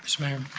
so mayor.